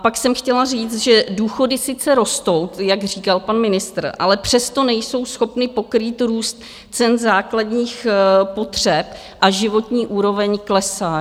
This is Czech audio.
Pak jsem chtěla říct, že důchody sice rostou, jak říkal pan ministr, ale přesto nejsou schopny pokrýt růst cen základních potřeb a životní úroveň klesá.